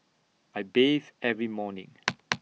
I bathe every morning